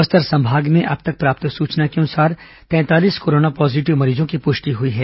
बस्तर संभाग में अब तक प्राप्त सूचना के अनुसार तैंतालीस कोरोना पॉजीटिव मरीजों की पुष्टि हुई है